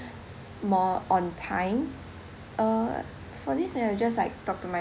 more on time uh for this I'll just talk to my